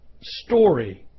story